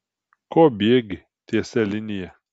ko bėgi tiesia linija